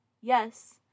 yes